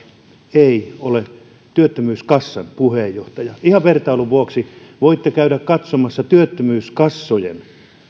ei ole työttömyyskassan puheenjohtaja ihan vertailun vuoksi voitte käydä katsomassa työttömyyskassojen